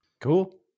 Cool